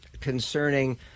concerning